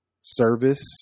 service